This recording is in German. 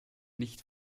nicht